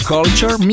Culture